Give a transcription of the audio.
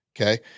Okay